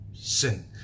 sin